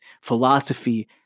philosophy